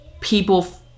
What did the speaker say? people